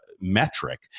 metric